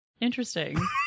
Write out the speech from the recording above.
Interesting